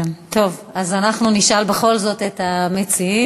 טוב, אז אנחנו נשאל בכל זאת את המציעים.